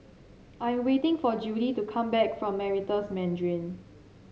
I'm waiting for Judie to come back from Meritus Mandarin